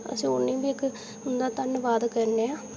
असेंगी उनें बी इक उंदा धन्नबाद करने आं